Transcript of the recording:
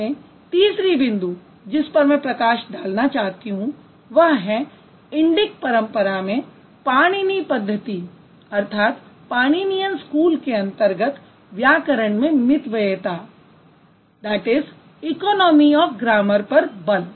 अंत में तीसरी बिन्दु जिस पर मैं प्रकाश डालना चाहती हूँ वह है इंडिक परंपरा में पाणिनी पद्धति के अंतर्गत व्याकरण में मितव्ययिता पर बल